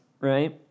right